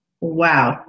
Wow